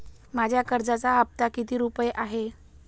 माझ्या कर्जाचा हफ्ता किती रुपये आहे?